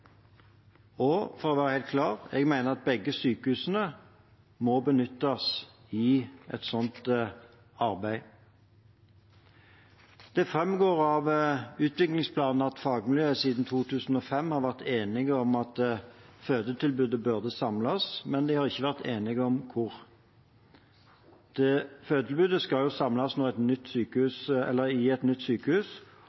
Og for å være helt klar: Jeg mener at begge sykehusene må benyttes i et sånt arbeid. Det framgår av utviklingsplanen at fagmiljøet siden 2005 har vært enig om at fødetilbudet burde samles, men de har ikke vært enige om hvor. Fødetilbudet skal samles i et nytt